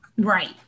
Right